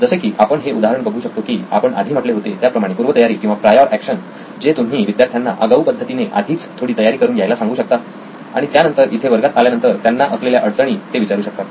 जसे की आपण हे उदाहरण बघू शकतो की आपण आधी म्हटले होते त्याप्रमाणे पूर्वतयारी किंवा प्रायॉर एक्शन जे तुम्ही विद्यार्थ्यांना अगाऊ पद्धतीने आधीच थोडी तयारी करून यायला सांगू शकता आणि त्यानंतर इथे वर्गात आल्यानंतर त्यांना असलेल्या अडचणी ते विचारू शकतात